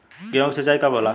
गेहूं के सिंचाई कब होला?